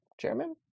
chairman